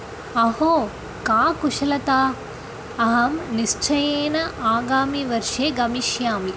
अहो का कुशलता अहं निश्चयेन आगामिवर्षे गमिष्यामि